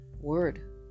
word